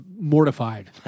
mortified